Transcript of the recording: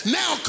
now